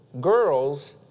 Girls